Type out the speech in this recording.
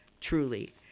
truly